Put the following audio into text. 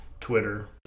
Twitter